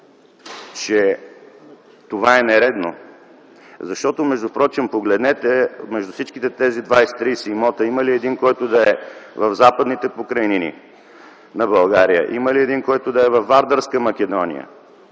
че това е нередно, защото междупрочем погледнете – между всичките тези 20-30 имота има ли един, който да е в Западните покрайнини на България? Има ли един, който да е във Вардарска Македония